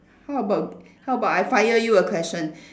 how about how about I fire you a question